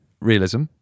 realism